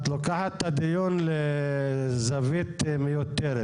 את לוקחת את הדיון לזווית מיותרת,